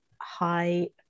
high